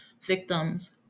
victims